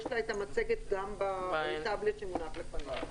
יש לה את המצגת גם בטאבלט שמונח לפניה.